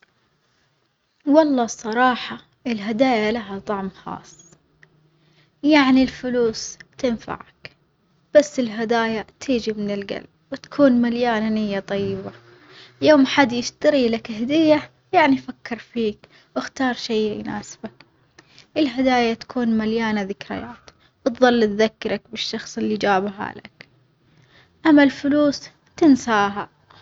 والله الصراحة الهدايا لها طعم خاص، يعني الفلوس تنفعك بس الهدايا تيجي من الجلب وتكون مليانة نية طيبة، يوم حد يشتري لك هدية يعني فكر فيك وإختار شي يناسبك، الهدايا تكون مليانة ذكريات وتظل تذكرك بالشخص اللي جابها لك أما الفلوس تنساها.